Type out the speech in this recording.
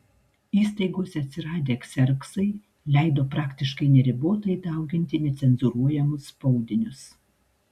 įstaigose atsiradę kserksai leido praktiškai neribotai dauginti necenzūruojamus spaudinius